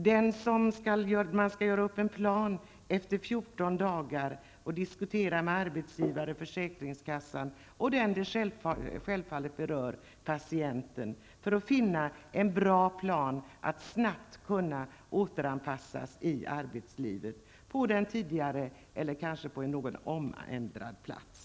Man skall efter 14 dagar göra upp en plan som skall diskuteras mellan arbetsgivaren, försäkringskassan och patienten. Planen skall syfta till en snabb återanpassning i arbetslivet på den tidigare platsen eller kanske på en något omändrad plats.